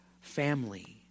family